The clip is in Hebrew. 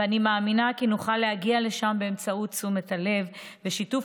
ואני מאמינה כי נוכל להגיע לשם באמצעות תשומת הלב ושיתוף